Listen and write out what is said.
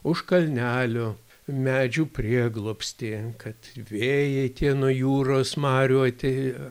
už kalnelio medžių prieglobsty kad vėjai tie nuo jūros marių atėję